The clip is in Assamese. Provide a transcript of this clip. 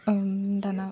দানা